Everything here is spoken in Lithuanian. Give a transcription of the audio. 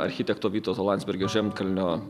architekto vytauto landsbergio žemkalnio